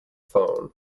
phone